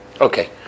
Okay